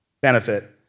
benefit